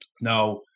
Now